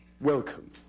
welcome